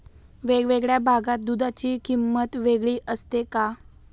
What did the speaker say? वेगवेगळ्या भागात दूधाची किंमत वेगळी असते का?